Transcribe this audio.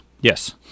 Yes